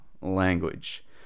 language